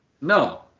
No